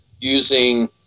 using